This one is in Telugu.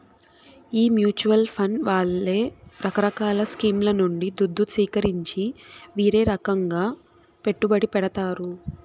ఈ మూచువాల్ ఫండ్ వాళ్లే రకరకాల స్కీంల నుండి దుద్దు సీకరించి వీరే రకంగా పెట్టుబడి పెడతారు